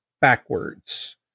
backwards